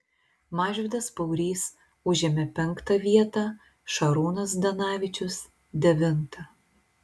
mažvydas paurys užėmė penktą vietą šarūnas zdanavičius devintą